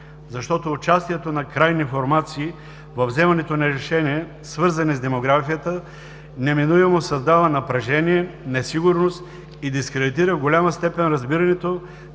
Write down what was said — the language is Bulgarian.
защото участието на крайни формации във вземането на решения, свързани с демографията, неминуемо създава напрежение, несигурност и дискредитира в голяма степен разбирането,